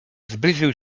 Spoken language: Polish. zbliżył